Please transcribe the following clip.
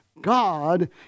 God